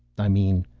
i mean.